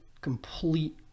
complete